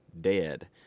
dead